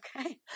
okay